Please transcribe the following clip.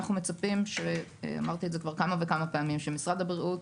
אנחנו מצפים שמשרד הבריאות,